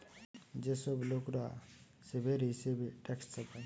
যে সব লোকরা স্ল্যাভেরি হিসেবে ট্যাক্স চাপায়